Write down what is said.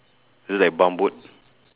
is it like bump boat